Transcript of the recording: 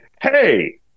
Hey